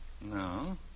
No